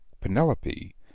Penelope